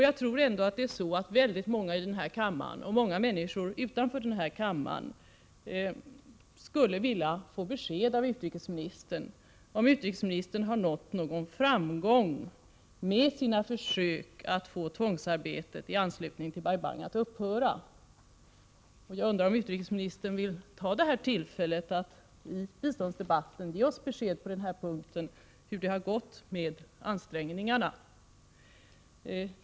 ag tror vecklingssamarbeemellertid att många i denna kammare, och även många människor utanför nr kammaren, skulle vilja få besked av utrikesministern om han har nått någon framgång med sina försök att få tvångsarbetet i anslutning till Bai Bang att upphöra. Vill utrikesministern i denna biståndsdebatt ta tillfället i akt att ge oss besked om hur det har gått med dessa ansträngningar?